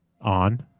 On